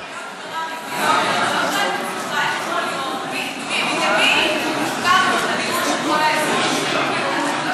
למי הפקרנו את הניהול של כל האזור הזה?